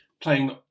playing